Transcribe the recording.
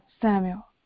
Samuel